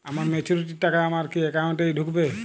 আমার ম্যাচুরিটির টাকা আমার কি অ্যাকাউন্ট এই ঢুকবে?